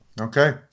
Okay